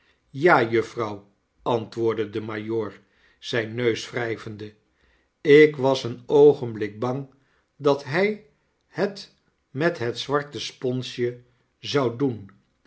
ja juffrouw antwoordde de majoor zyn neus wryvende ik was een oogenblik bang dat hy het met het zwarte sponsje zou doen